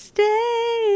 Stay